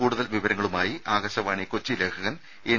കൂടുതൽ വിവരങ്ങളുമായി ആകാശവാണി കൊച്ചി ലേഖകൻ എൻ